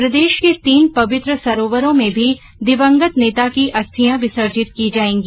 प्रदेश के तीन पवित्र सरोवरों में भी दिवंगत नेता की अस्थियां विसर्जित की जायेंगी